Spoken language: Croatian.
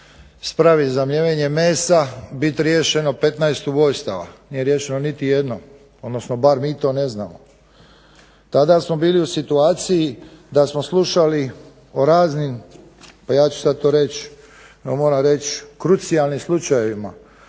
spravi za mljevenje mesa biti riješeno 15 ubojstava. Nije riješeno niti jedno, odnosno bar mi to ne znamo. Tada smo bili u situaciji da smo slušali o raznim ja ću sad to reći, ja moram reći krucijalnim slučajevima,